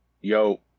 yo